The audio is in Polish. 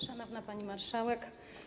Szanowna Pani Marszałek!